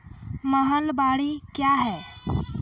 महलबाडी क्या हैं?